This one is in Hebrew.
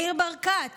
ניר ברקת